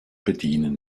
bedienen